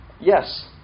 Yes